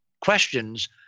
questions